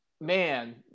man